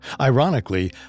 Ironically